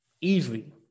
Easily